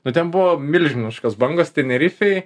nu ten buvo milžiniškos bangos tenerifėj